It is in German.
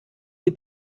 sie